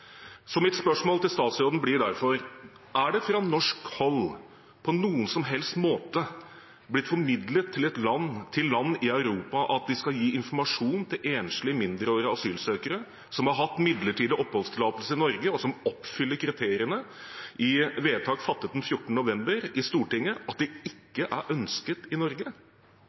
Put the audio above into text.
Mitt spørsmål til statsråden blir derfor: Er det fra norsk hold på noen som helst måte blitt formidlet til land i Europa at de skal gi informasjon til enslige mindreårige asylsøkere som har hatt midlertidig oppholdstillatelse i Norge, og som oppfyller kriteriene i vedtak fattet 14. november i Stortinget, at de ikke er ønsket i Norge?